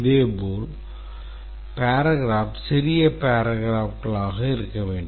இதேபோல் paragraph சிறிய paragraphகளாக இருக்க வேண்டும்